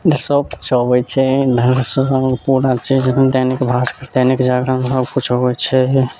सब किछु अबैत छै दैनिक भास्कर दैनिक जागरण सब किछु अबैत छै